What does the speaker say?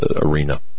arena